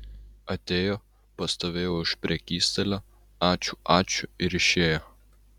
atėjo pastovėjo už prekystalio ačiū ačiū ir išėjo